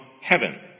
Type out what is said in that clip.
heaven